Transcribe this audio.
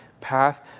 path